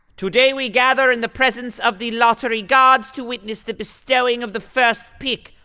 today, we gather in the presence of the lottery gods to witness the bestowing of the first pick.